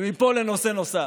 ומפה לנושא נוסף,